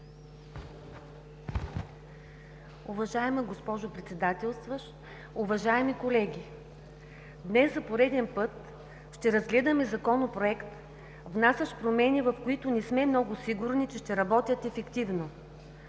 Уважаема госпожо Председател, уважаеми колеги! Днес за пореден път ще разгледаме Законопроект, внасящ промени, в които не сме много сигурни, че ще работят ефективно.